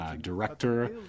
director